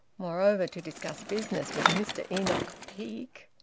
moreover, to discuss business with mr enoch peake.